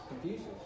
Confuses